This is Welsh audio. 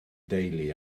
deulu